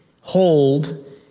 hold